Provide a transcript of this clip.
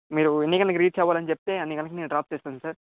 మీరు ఎన్ని గంటలకి రీచ్ అవ్వాలో చెప్తే అన్ని గంటలకి నేను డ్రాప్ చేస్తాను సార్